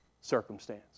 circumstance